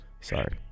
Sorry